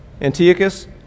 Antiochus